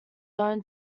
own